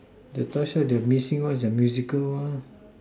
the third shirt the missing one is the musical one